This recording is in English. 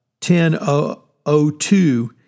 1002